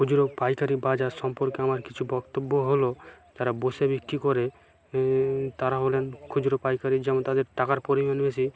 খুচরো পাইকারি বাজার সম্পর্কে আমার কিছু বক্তব্য হলো তারা বসে বিক্রি করে তারা অনেক খুচরো পাইকারি যেমন তাদের টাকার পরিমাণ বেশি